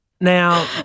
Now